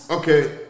Okay